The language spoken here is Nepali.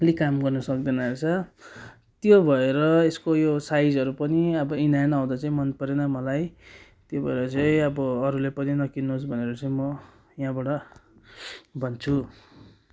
लिई काम गर्नु सक्दैन रहेछ त्यो भएर यसको यो साइजहरू पनि अब इनह्यान्ड आउँदा चाहिँ मनपरेन मलाई त्यो भएर चाहिँ अब अरूले पनि नकिन्नुहोस् भनेर चाहिँ म यहाँबाट भन्छु